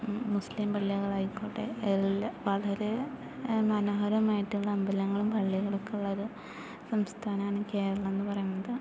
മുസ്ലിം പള്ളികളായിക്കോട്ടെ എല്ലാ വളരെ മനോഹരമായിട്ടുള്ള അമ്പലങ്ങളും പള്ളികളും ഒക്കെ ഉള്ളൊരു സംസ്ഥാനമാണ് കേരളം എന്ന് പറയുന്നത്